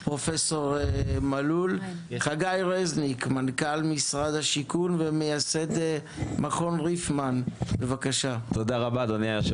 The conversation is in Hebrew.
ההרגשה והתחושה שיש מישהו חי בצד השני ואכפת לו ורוצה לעזור